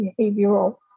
behavioral